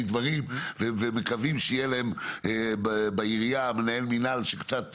דברים ומקווים שיהיה להם בעירייה מנהל מינהל שקצת